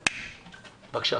בבקשה.